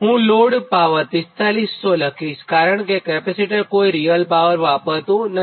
હું load power 4500 લખીશકારણ કે કેપેસિટર કોઇ રીયલ પાવર વાપરતું નથી